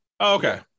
Okay